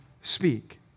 speak